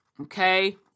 okay